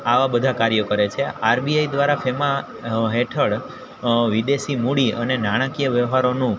આવા બધા કાર્યો કરે છે આરબીઆઈ દ્વારા ફેમાં હેઠળ વિદેશી મૂડી અને નાણાંકીય વ્યવહારોનું